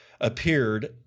appeared